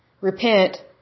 repent